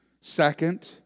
Second